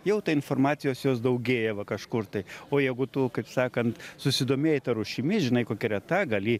jau informacijos jos daugėja va kažkur tai o jeigu tu kaip sakant susidomėjai ta rūšimi žinai kokia reta gali